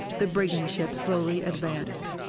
the brigand ship slowly advanced.